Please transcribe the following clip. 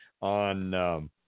on